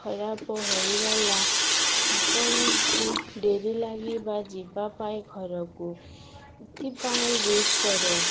ଖରାପ ହୋଇଗଲା ଆପଣଙ୍କୁ ଡେରି ଲାଗି ବା ଯିବା ପାଇଁ ଘରକୁ ଏଥିପାଇଁ ୱେଟ୍ କର